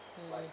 mm